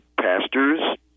pastors